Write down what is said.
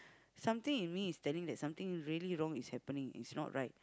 something in me is telling that something really wrong happening it's not right